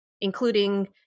including